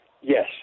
Yes